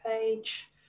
page